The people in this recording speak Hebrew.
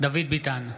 דוד ביטן,